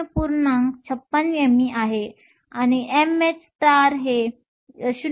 56 me आहे आणि mh हे 0